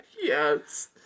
Yes